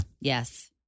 Yes